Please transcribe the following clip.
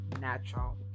natural